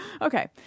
Okay